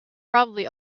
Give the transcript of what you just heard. probably